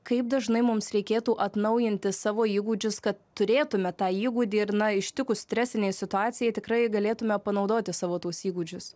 kaip dažnai mums reikėtų atnaujinti savo įgūdžius kad turėtume tą įgūdį ir na ištikus stresinei situacijai tikrai galėtume panaudoti savo tuos įgūdžius